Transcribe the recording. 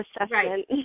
assessment